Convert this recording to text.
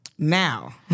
Now